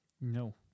No